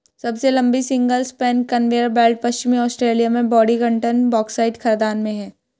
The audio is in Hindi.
सबसे लंबी सिंगल स्पैन कन्वेयर बेल्ट पश्चिमी ऑस्ट्रेलिया में बोडिंगटन बॉक्साइट खदान में है